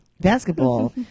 basketball